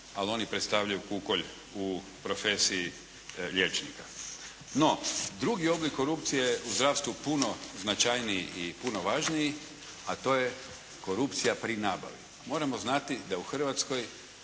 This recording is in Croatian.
ali oni predstavljaju kukolj u profesiji liječnika. No drugi oblik korupcije u zdravstvu puno značajniji i puno važniji, a to je korupcija pri nabavi. Moramo znati da u Hrvatskoj